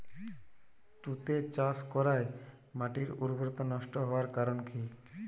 তুতে চাষ করাই মাটির উর্বরতা নষ্ট হওয়ার কারণ কি?